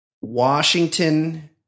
Washington